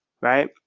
right